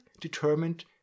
determined